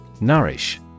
Nourish